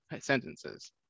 sentences